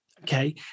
okay